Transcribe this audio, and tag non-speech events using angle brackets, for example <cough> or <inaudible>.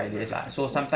<noise>